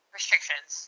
restrictions